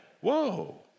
Whoa